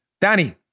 Danny